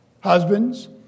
Husbands